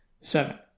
seven